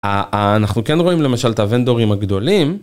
אנחנו כן רואים למשל את הוונדורים הגדולים.